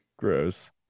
gross